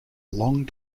long